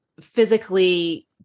physically